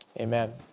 Amen